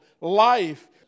life